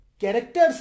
Characters